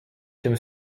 tym